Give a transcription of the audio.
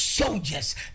Soldiers